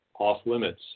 off-limits